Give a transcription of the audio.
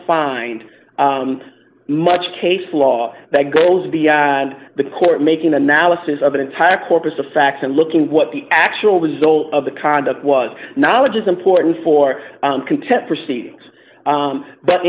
find much case law that goes beyond the court making analysis of an entire corpus the facts and looking at what the actual result of the conduct was knowledge is important for contempt proceedings